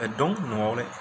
एखदम न'आव लाय